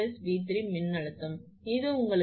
எனவே இந்த 𝑉1 இல் மின்னழுத்தம் அதனால் 0